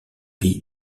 pays